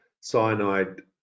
cyanide